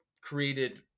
created